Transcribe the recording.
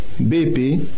BP